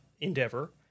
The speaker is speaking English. endeavor